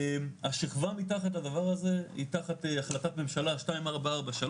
השכבה מתחת לדבר הזה, היא תחת החלטת ממשלה 2443,